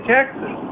Texas